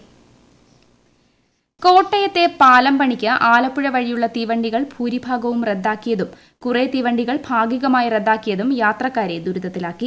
train ഗതാഗതം intro കോട്ടയത്തെ പാലം പണിക്ക് ആലപ്പുഴ വഴിയുള്ള തീവണ്ടികൾ ഭൂരിഭാഗവും റദ്ദാക്കിയതും കുറേ തീവണ്ടികൾ ഭാഗീകമായി റദ്ദാക്കിയതും യാത്രക്കാരെ ദുരിതത്തിലാക്കി